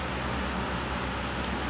grandfather who passed away